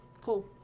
cool